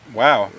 wow